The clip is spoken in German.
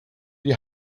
die